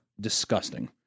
Disgusting